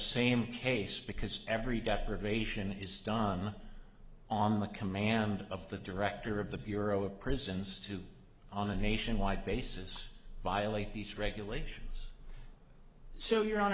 same case because every deprivation is done on the command of the director of the bureau of prisons to on a nationwide basis violate these regulations so your hon